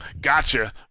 Gotcha